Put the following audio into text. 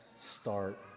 start